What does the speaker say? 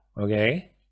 Okay